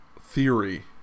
theory